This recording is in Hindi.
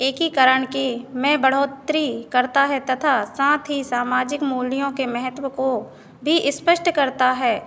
एकीकरण की में बढ़ोतरी करता है तथा साथ ही सामाजिक मूल्यों के महत्व को भी स्पष्ट करता है